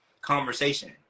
conversation